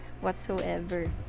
whatsoever